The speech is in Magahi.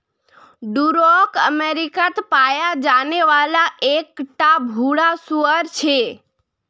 डूरोक अमेरिकात पाया जाने वाला एक टा भूरा सूअर छे